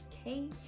okay